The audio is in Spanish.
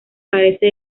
carece